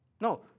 No